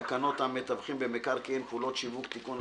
תקנות המתווכים במקרקעין (פעולות שיווק) (תיקון),